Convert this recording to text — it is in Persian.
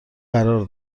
قرار